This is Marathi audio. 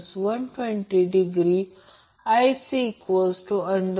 स्टार कनेक्टेड लोडसाठी लाईन करंट फेज करंट